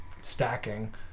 stacking